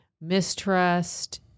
mistrust